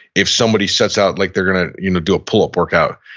if somebody sets out like they're gonna you know do a pull-up workout,